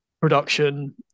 production